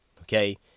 Okay